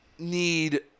Need